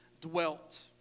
dwelt